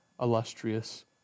illustrious